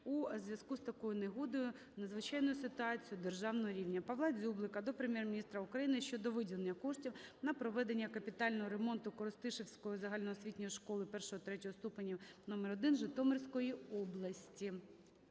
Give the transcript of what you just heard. у зв'язку з такою негодою, надзвичайною ситуацією державного рівня. Павла Дзюблика до Прем'єр-міністра України щодо виділення коштів на проведення капітального ремонту Коростишівської загальноосвітньої школи І-ІІІ ступенів №1 Житомирської області.